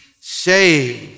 Saved